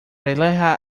relaja